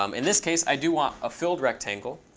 um in this case, i do want a filled rectangle.